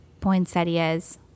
poinsettias